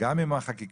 גם אם החקיקה